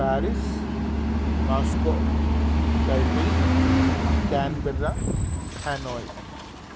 Paris Moscow Taipei Canberra Hanoi